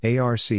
ARC